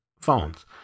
phones